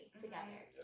together